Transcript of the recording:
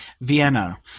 Vienna